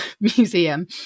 museum